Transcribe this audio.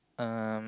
um